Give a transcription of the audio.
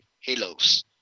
halos